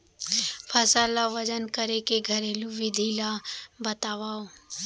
फसल ला वजन करे के घरेलू विधि ला बतावव?